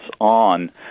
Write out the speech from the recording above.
on